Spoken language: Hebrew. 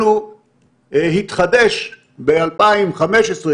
חבר הכנסת אבו שחאדה,